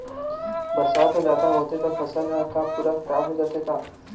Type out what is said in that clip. बरसात ह जादा होथे त फसल ह का पूरा खराब हो जाथे का?